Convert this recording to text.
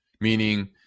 meaning